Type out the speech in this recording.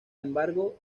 embargo